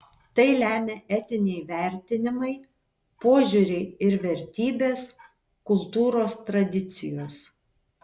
tai lemia etiniai vertinimai požiūriai ir vertybės kultūros tradicijos